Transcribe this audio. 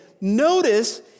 Notice